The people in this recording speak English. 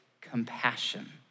compassion